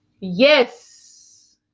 yes